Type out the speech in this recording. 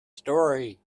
story